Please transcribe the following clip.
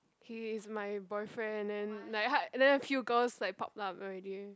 he is my boyfriend and like ha~ then a few girls like pop up already